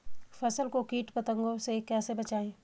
फसल को कीट पतंगों से कैसे बचाएं?